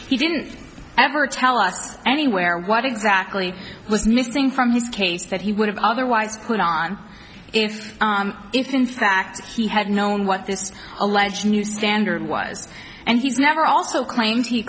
he didn't ever tell us anywhere what exactly was missing from his case that he would have otherwise put on if if in fact he had known what this alleged new standard was and he's never also claimed he